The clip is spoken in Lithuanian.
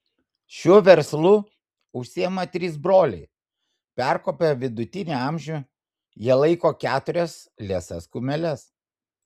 šiuo verslu užsiima trys broliai perkopę vidutinį amžių jie laiko keturias liesas kumeles